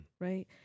Right